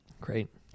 Great